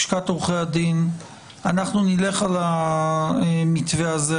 לשכת עורכי הדין - שאנחנו נלך על המתווה הזה.